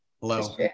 Hello